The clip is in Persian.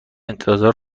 انتظار